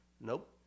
Nope